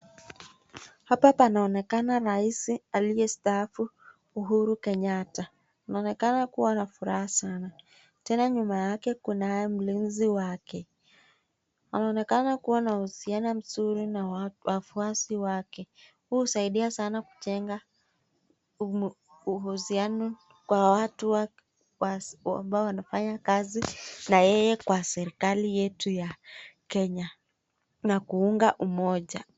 Hapa panaonekana raisi aliyestaafu Uhuru Kenyatta. Anaonekana kua na furaha sanaa. Tena nyuma yake kuna mlinzi wake. Anaonekana kua na uhusiano mzuri na watu wake. Hii husaidia sanaa kujenga uhusiano kwa watu wake ambao wanafanya kazi na yeye kwa serikali yetu ya Kenya na kuunga umoja.